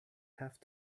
have